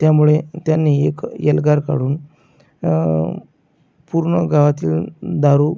त्यामुळे त्यांनी एक येल्गार काढून पूर्न गावातील दारू